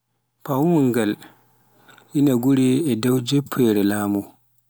Paawngal, ina nguuri e dow jappeere laamu